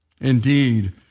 Indeed